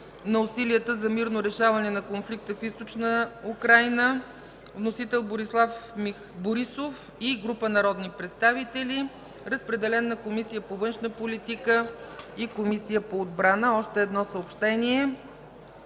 на усилията за мирно решаване на конфликта в Източна Украйна. Вносител – Борислав Борисов и група народни представители. Разпределен е на Комисията по външна политика и Комисията по отбраната. Още едно съобщение: